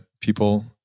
people